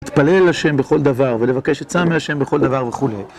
להתפלל לשם בכל דבר ולבקש עיצה מהשם בכל דבר וכולי.